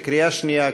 בקריאה שנייה,